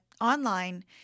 online